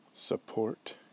Support